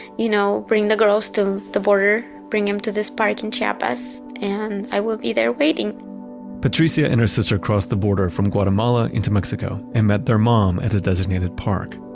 you know bring the girls to the border, bring them to this park in chiapas and i will be there waiting patricia and her sister crossed the border from guatemala into mexico and met their mom at the designated park.